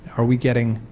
are we getting